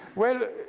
well,